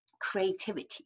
creativity